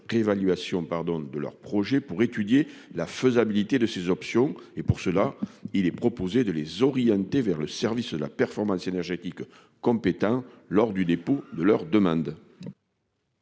réévaluation pardon de leur projet, pour étudier la faisabilité de ces options et pour cela, il est proposé de les orienter vers le service de la performance énergétique comme Pétain lors du dépôt de leur demande.